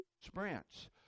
sprints